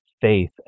faith